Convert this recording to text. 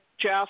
Jeff